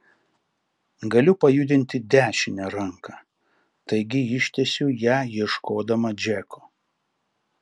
galiu pajudinti dešinę ranką taigi ištiesiu ją ieškodama džeko